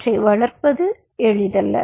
அவற்றை வளர்ப்பது எளிதல்ல